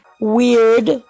Weird